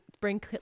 bring